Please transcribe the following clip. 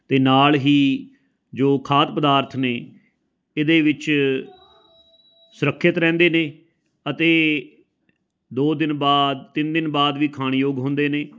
ਅਤੇ ਨਾਲ ਹੀ ਜੋ ਖਾਦ ਪਦਾਰਥ ਨੇ ਇਹਦੇ ਵਿੱਚ ਸੁਰੱਖਿਅਤ ਰਹਿੰਦੇ ਨੇ ਅਤੇ ਦੋ ਦਿਨ ਬਾਅਦ ਤਿੰਨ ਦਿਨ ਬਾਅਦ ਵੀ ਖਾਣਯੋਗ ਹੁੰਦੇ ਨੇ